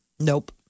Nope